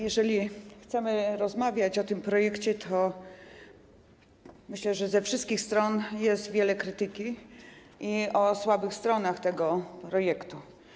Jeżeli chcemy rozmawiać o tym projekcie, to myślę, że ze wszystkich stron jest wiele krytyki i opinii o słabych stronach tego projektu.